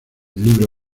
libro